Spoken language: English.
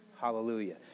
Hallelujah